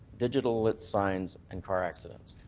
digital light signs and car accidents?